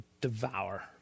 devour